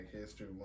history